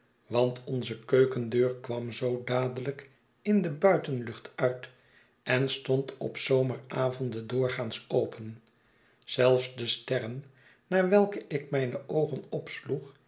want onze keukendeur kwam zoo dadelijk in de buitenlucht uit en stond op zomeravonden doorgaans open zelfs de sterren naar welke ik mijne oogen